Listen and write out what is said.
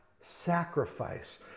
sacrifice